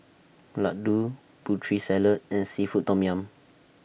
Laddu Putri Salad and Seafood Tom Yum